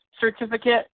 certificate